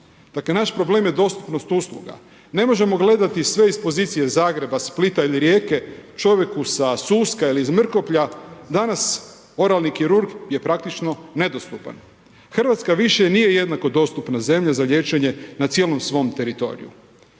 naš problem je dostupnost usluga. Ne možemo gledati sve iz pozicije Zagreba, Splita ili Rijeke, čovjeku sa Suska ili iz Mrkoplja, danas oralni kirurg je praktično nedostupan. Hrvatska više nije jednako dostupna zemlja za liječenje na cijelom svom teritoriju.